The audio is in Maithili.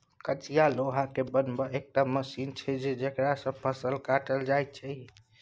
कचिया लोहा केर बनल एकटा मशीन छै जकरा सँ फसल काटल जाइ छै